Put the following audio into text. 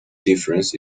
difference